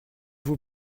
vous